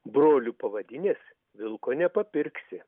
broliu pavadinęs vilku nepapirksi